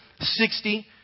sixty